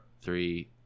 three